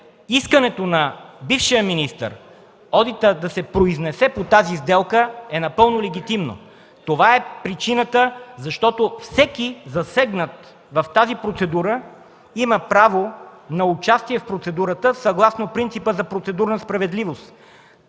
искането на бившия министър да се произнесе по тази сделка е напълно легитимно. Това е причината всеки засегнат от тази процедура да има право на участие в процедурата, съгласно принципа за процедурна справедливост.